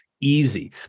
easy